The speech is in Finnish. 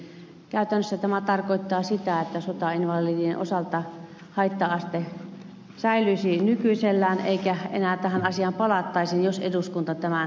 eli käytännössä tämä tarkoittaa sitä että sotainvalidien osalta haitta aste säilyisi nykyisellään eikä enää tähän asiaan palattaisi jos eduskunta tämän hyväksyisi